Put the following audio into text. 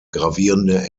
gravierende